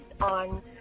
on